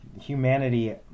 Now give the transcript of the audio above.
humanity